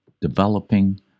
developing